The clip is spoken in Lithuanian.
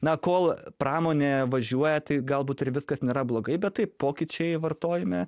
na kol pramonė važiuoja tai galbūt ir viskas nėra blogai bet taip pokyčiai vartojime